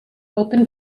open